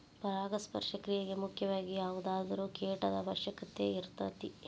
ಪರಾಗಸ್ಪರ್ಶ ಕ್ರಿಯೆಗೆ ಮುಖ್ಯವಾಗಿ ಯಾವುದಾದರು ಕೇಟದ ಅವಶ್ಯಕತೆ ಇರತತಿ